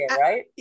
right